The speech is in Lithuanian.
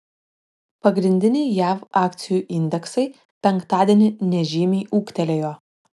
pagrindiniai jav akcijų indeksai penktadienį nežymiai ūgtelėjo